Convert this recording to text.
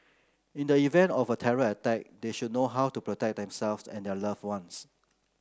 in the event of a terror attack they should know how to protect themselves and their love ones